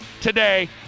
today